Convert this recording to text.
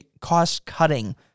cost-cutting